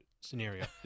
scenario